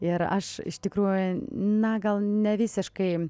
ir aš iš tikrųjų na gal nevisiškai